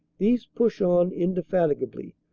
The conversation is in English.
these push on indefatigably,